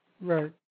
Right